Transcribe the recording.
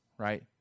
Right